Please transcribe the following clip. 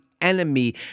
enemy